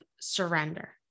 surrender